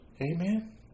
amen